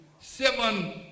seven